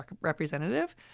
representative